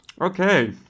Okay